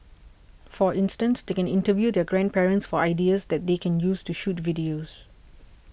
for instance they can interview their grandparents for ideas that they can use to shoot videos